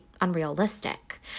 unrealistic